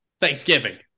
Thanksgiving